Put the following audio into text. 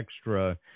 extra